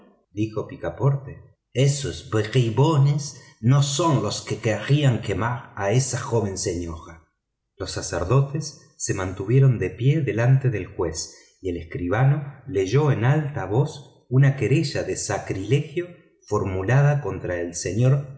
dijo picaporte esos bribones no son los que querían quemar a esa joven señora los sacerdotes se mantuvieron de pie delante del juez y el escribano leyó en voz alta una querella de sacrilegio formulada contra el señor